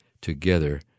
together